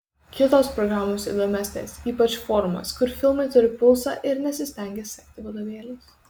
kitos programos įdomesnės ypač forumas kur filmai turi pulsą ir nesistengia sekti vadovėliais